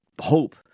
hope